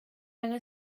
angen